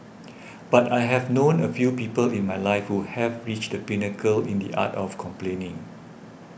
but I have known a few people in my life who have reached the pinnacle in the art of complaining